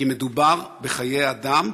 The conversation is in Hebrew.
כי מדובר בחיי אדם.